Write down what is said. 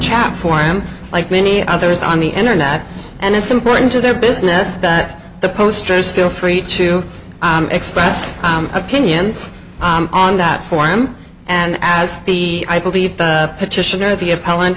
chat forum like many others on the internet and it's important to their business that the posters feel free to express opinions on that forum and as the i believe the petition or the